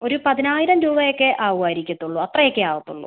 ഒരു പതിനായിരം രൂപ ഒക്കെ ആവുമായിരിക്കത്തുള്ളൂ അത്ര ഒക്കെ ആവത്തുള്ളൂ